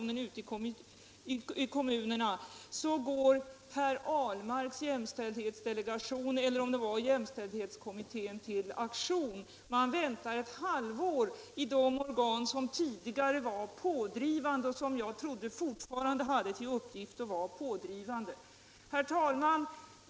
Det är betecknande att herr Ahlmarks jämställdhetsdelegation — eller om det var jämställdhetskommittén — inte går till aktion förrän ett halvår efter det att löntagarorganisationerna slagit larm om situationen ute i kommunerna. De organ som tidigare var pådrivande och som jag trodde fortfarande hade till uppgift att vara pådrivande väntade alltså ett halvår. Herr talman!